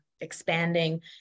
expanding